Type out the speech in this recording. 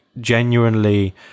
genuinely